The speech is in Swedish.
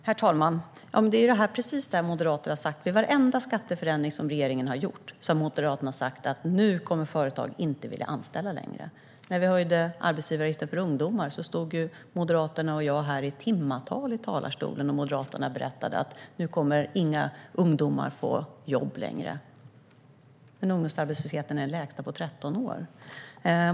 Herr talman! Vid varenda skatteförändring som regeringen har gjort har Moderaterna sagt: Nu kommer företag inte att vilja anställa längre. När vi höjde arbetsgivaravgiften för ungdomar stod Moderaterna och jag i timtal här i talarstolen, och Moderaterna berättade att ungdomar nu inte längre skulle få några jobb. Men ungdomsarbetslösheten är den lägsta på 13 år.